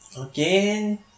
Again